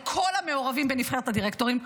אלא על כל המעורבים בנבחרת הדירקטורים.